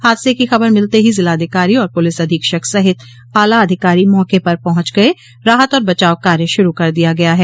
हादसे की खबर मिलते ही जिलाधिकारी और पुलिस अधीक्षक सहित आला अधिकारी मौके पर पहुंच गये राहत और बचाव कार्य शुरू कर दिया गया है